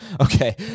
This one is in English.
Okay